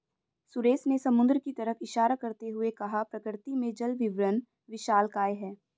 सुरेश ने समुद्र की तरफ इशारा करते हुए कहा प्रकृति में जल वितरण विशालकाय है